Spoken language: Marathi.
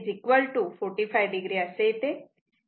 तर tan 1 1010 45o असे येते